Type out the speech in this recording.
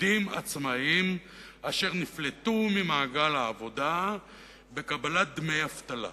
עובדים עצמאים אשר נפלטו ממעגל העבודה בקבלת דמי אבטלה.